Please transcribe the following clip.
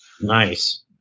Nice